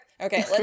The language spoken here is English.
Okay